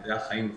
מדעי החיים,